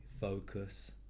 focus